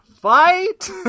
fight